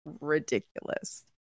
ridiculous